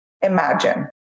Imagine